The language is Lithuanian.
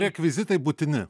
rekvizitai būtini